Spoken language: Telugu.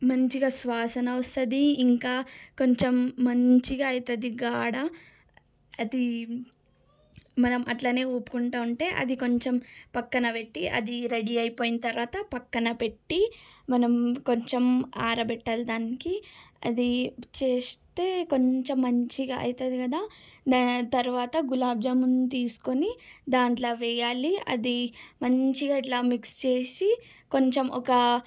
మంచిగా సువాసన వస్తుంది ఇంకా కొంచెం మంచిగా అవుతుంది గాడ అది మనం అట్లనే ఊపుకుంటూ ఉంటె అది కొంచెం పక్కన పెట్టి అది రెడీ అయిపోయిన తర్వాత పక్కన పెట్టి మనం కొంచెం ఆరబెట్టాలి దానిని అది జెస్ట్ కొంచెం మంచిగా అవుతుంది కదా దాని తర్వాత గులాబ్ జామున్ తీసుకొని దాంట్లో వేయాలి అది మంచిగా ఇట్లా మిక్స్ చేసి కొంచెం ఒక